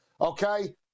okay